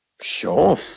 Sure